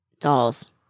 Dolls